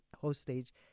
hostage